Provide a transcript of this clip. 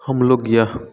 हम लोग यह